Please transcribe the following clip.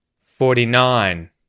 Forty-nine